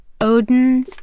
Odin